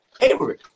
Avery